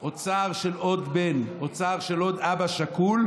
או צער של עוד בן או צער של עוד אבא שכול,